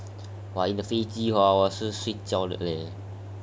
!wah! in the 飞机哦我是睡觉的 leh